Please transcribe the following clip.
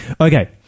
Okay